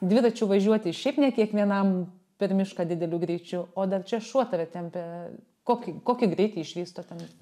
dviračiu važiuoti šiaip ne kiekvienam per mišką dideliu greičiu o dar čia šuo tave tempia kokį kokį greitį išvysto ten